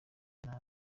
nabi